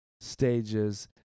stages